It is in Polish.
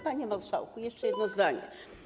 Panie marszałku, jeszcze jedno zdanie.